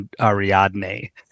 Ariadne